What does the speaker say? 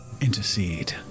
intercede